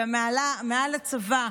ומעל הצבא,